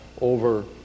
over